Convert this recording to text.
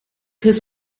his